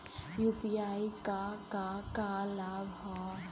UPI क का का लाभ हव?